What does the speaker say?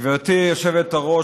גברתי היושבת-ראש,